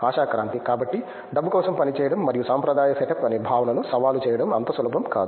ఆశా క్రాంతి కాబట్టి డబ్బు కోసం పనిచేయడం మరియు సాంప్రదాయ సెటప్ అనే భావనను సవాలు చేయడం అంత సులభం కాదు